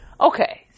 Okay